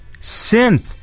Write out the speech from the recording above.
Synth